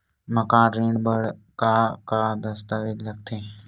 मकान ऋण बर का का दस्तावेज लगथे?